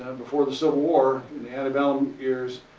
before the civil war, in antebellum years,